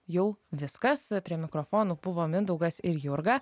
jau viskas prie mikrofonų buvo mindaugas ir jurga